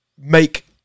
make